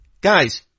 Guys